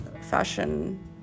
fashion